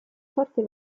forte